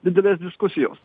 didelės diskusijos